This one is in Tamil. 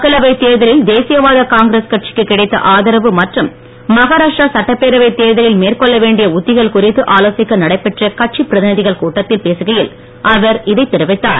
மக்களவை தேர்தலில் தேசியவாத காங்கிஸ் கட்சிக்கு கிடைத்த ஆதரவு மற்றும் மகாராஷ்டிரா சட்டப்பேரவை தேர்தலில் மேற்கொள்ள வேண்டிய உத்திகள் குறித்து ஆலோசிக்க நடைபெற்ற கட்சி பிரதிநிதிகள் கூட்டத்தில் பேசுகையில் அவர் இதைத் தெரிவித்தார்